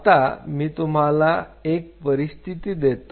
आता मी तुम्हाला एक परिस्थिती देतो